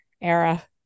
era